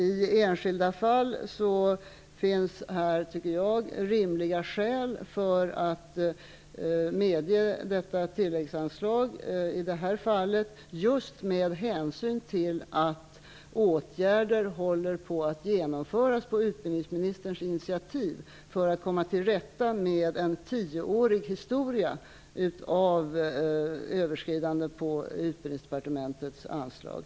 I enskilda fall finns, tycker jag, rimliga skäl att medge tilläggsanslag, i det här fallet just med hänsyn till att åtgärder håller på att genomföras på utbildningsministerns initiativ för att komma till rätta med en tioårig historia av överskridanden av Utbildningsdepartementets anslag.